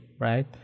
right